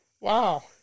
wow